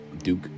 Duke